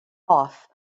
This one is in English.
off